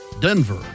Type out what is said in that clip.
Denver